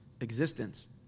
existence